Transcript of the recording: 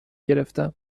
گرفتم